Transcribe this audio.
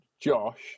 josh